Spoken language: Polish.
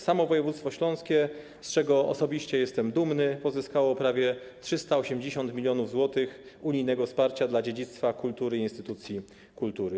Samo województwo śląskie, z czego osobiście jestem dumny, pozyskało prawie 380 mln zł unijnego wsparcia dla dziedzictwa kultury i instytucji kultury.